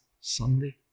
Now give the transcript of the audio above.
Sunday